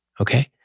Okay